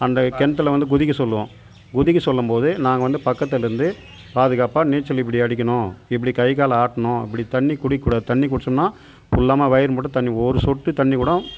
அந்த கிணத்துல வந்து குதிக்க சொல்லுவோம் குதிக்க சொல்லும்போது நாங்கள் வந்து பக்கத்தில் இருந்து பாதுகாப்பாக நீச்சல் இப்படி அடிக்கணும் இப்படி கை கால் ஆட்டணும் இப்படி தண்ணி குடிக்கக்கூடாது தண்ணி குடித்தோம்னா ஃபுல்லமா வயிறுமுட்ட தண்ணி ஒரு சொட்டு தண்ணிகூட